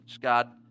God